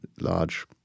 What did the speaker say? large